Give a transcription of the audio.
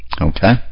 Okay